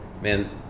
man